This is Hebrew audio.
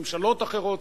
ממשלות אחרות,